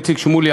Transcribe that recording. איציק שמולי,